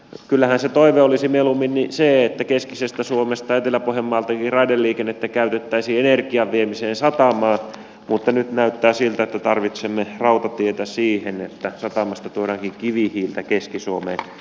kyllähän se toive olisi mieluummin se että keskisestä suomesta etelä pohjanmaaltakin raideliikennettä käytettäisiin energian viemiseen satamaan mutta nyt näyttää siltä että tarvitsemme rautatietä siihen että satamasta tuodaankin kivihiiltä keski suomeen